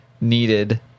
needed